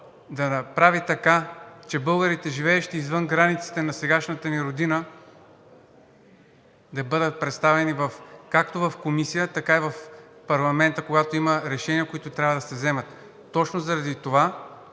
да направи така, че българите, живеещи извън границата на сегашната ни родина, да бъдат представени както в Комисията, така и в парламента, когато има решения, които трябва да се вземат. Точно заради това